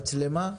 במצלמה?